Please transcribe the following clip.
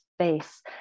space